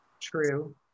true